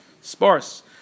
Sparse